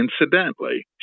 Incidentally